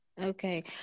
Okay